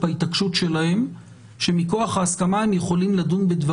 אנחנו נשנה את הניסוח מכוח ההסכמה עם השר